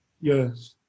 Yes